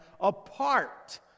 apart